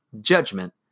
judgment